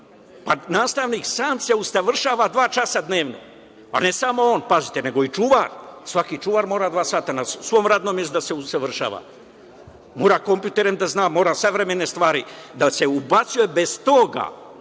Nastavnik sam se usavršava dva časa dnevno, ne samo on, pazite, nego i čuvar. Svaki čuvar mora dva sata na svom radnom mestu da se usavršava, mora kompjuterom da radi da zna, mora savremene stvari. Da se ubacuje bez toga,